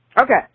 Okay